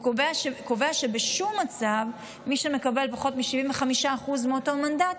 והוא קובע שמי שמקבל פחות מ-75% מאותו מנדט,